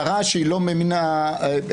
הערה שהיא לא ממין הדיון,